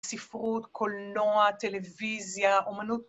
ספרות, קולנוע, טלוויזיה, אומנות